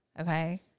okay